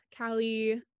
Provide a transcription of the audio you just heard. Callie